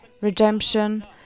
redemption